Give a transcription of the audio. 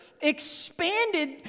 expanded